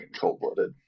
cold-blooded